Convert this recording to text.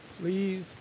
Please